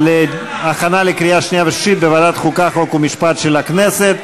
(השעיית חבר הכנסת שהתקיים בו האמור בסעיף 7א לחוק-יסוד: הכנסת),